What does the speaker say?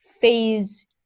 Phase